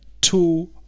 two